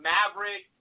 Maverick